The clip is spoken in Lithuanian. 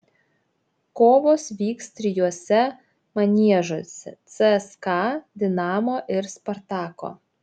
kovos vyks trijuose maniežuose cska dinamo ir spartako